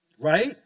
right